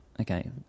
okay